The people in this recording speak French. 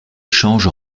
change